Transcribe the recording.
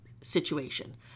situation